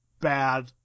bad